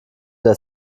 der